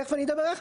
תכף אני אדבר איך,